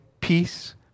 peace